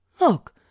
Look